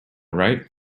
right